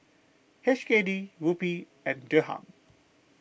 H K D Rupee and Dirham